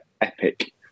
epic